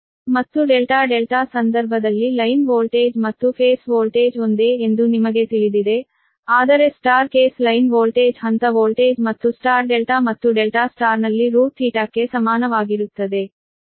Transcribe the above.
ಮತ್ತು delta delta ಸಂದರ್ಭದಲ್ಲಿ line voltage ಮತ್ತು ಫೇಸ್ ವೋಲ್ಟೇಜ್ ಒಂದೇ ಎಂದು ನಿಮಗೆ ತಿಳಿದಿದೆ ಆದರೆ ಸ್ಟಾರ್ ಕೇಸ್ ಲೈನ್ ವೋಲ್ಟೇಜ್ ಹಂತ ವೋಲ್ಟೇಜ್ ಮತ್ತು ಸ್ಟಾರ್ ಡೆಲ್ಟಾ ಮತ್ತು ಡೆಲ್ಟಾ ಸ್ಟಾರ್ನಲ್ಲಿ ರೂಟ್ ಥೀಟಾಕ್ಕೆ ಸಮಾನವಾಗಿರುತ್ತದೆ